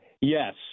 Yes